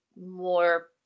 more